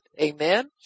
amen